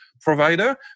provider